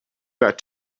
got